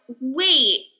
wait